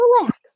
relax